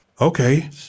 Okay